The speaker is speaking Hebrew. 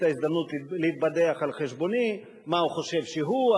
ההזדמנות להתבדח על חשבוני: מה הוא חושב שהוא,